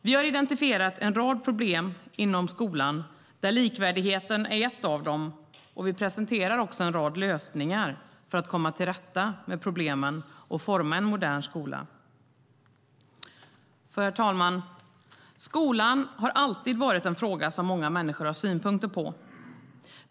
Vi har identifierat en rad problem inom skolan. Likvärdigheten är ett av dem. Vi presenterar också en rad lösningar för att komma till rätta med problemen och forma en modern skola. Herr talman! Skolan har alltid varit en fråga som många människor har synpunkter på.